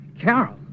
Carol